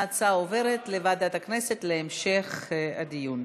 ההצעה עוברת לוועדת הכנסת להמשך הדיון.